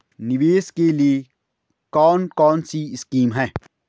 निवेश के लिए कौन कौनसी स्कीम हैं?